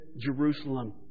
Jerusalem